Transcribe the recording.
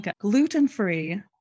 gluten-free